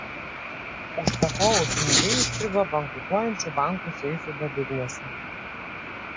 užsakovų pinigai įstrigo bankrutuojančių bankų seifų bedugnėse